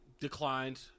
Declined